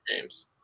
games